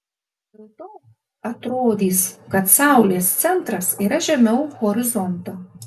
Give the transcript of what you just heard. dėl to atrodys kad saulės centras yra žemiau horizonto